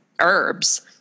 herbs